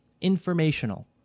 informational